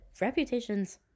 Reputation's